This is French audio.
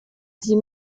dix